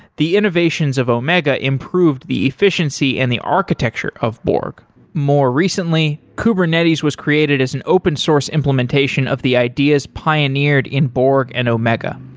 the innovations of omega improved the efficiency and the architecture of borg more recently, kubernetes was created as an open-source implementation of the ideas pioneered in borg and omega.